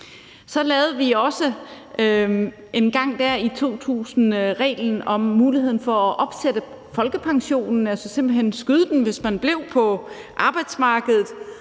Så lavede vi også engang der i 2000 reglen om muligheden for at opsætte folkepensionen, altså simpelt hen at skyde den, hvis man blev på arbejdsmarkedet,